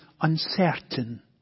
uncertain